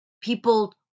People